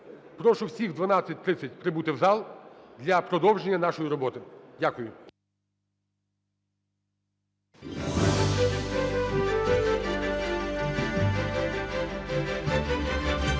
Прошу всіх в 12:30 прибути в зал для продовження нашої роботи. Дякую.